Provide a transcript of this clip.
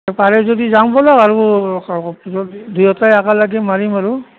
পাৰে যদি যাও বলক আৰু দুয়োটাই একেলগে মাৰিম আৰু